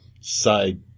side